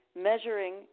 measuring